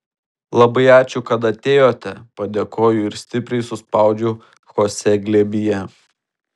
labai ačiū kad atėjote padėkoju ir stipriai suspaudžiu chosė glėbyje